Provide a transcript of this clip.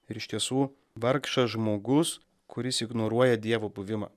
ir iš tiesų vargšas žmogus kuris ignoruoja dievo buvimą